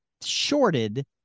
shorted